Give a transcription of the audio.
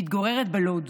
מתגוררת בלוד.